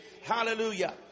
Hallelujah